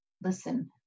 listen